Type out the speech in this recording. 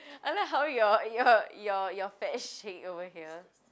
I like how your your your your fats shake over here